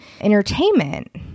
entertainment